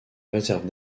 réserve